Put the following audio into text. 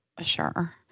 sure